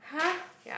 !huh!